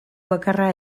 bakarra